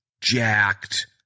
jacked